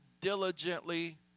diligently